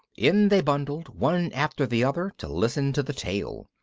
in they bundled, one after the other, to listen to the tale.